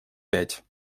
пять